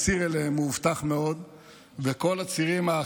שהציר אליהם מאובטח מאוד,